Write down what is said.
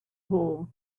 hole